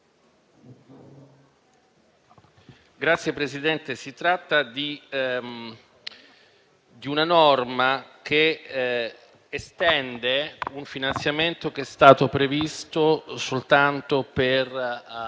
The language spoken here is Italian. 10.302. Si tratta di una norma che estende un finanziamento che è stato previsto soltanto per